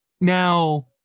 Now